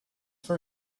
for